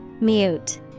Mute